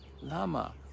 lama